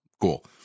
cool